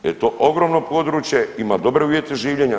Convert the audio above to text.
Jer je to ogromno područje, ima dobre uvjete življenja.